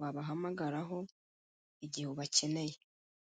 wabahamagaraho igihe ubakeneye.